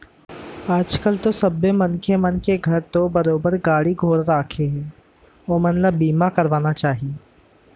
आज कल तो सबे मनखे मन के घर तो बरोबर गाड़ी घोड़ा राखें हें ओमन ल बीमा करवाना चाही